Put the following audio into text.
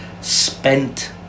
spent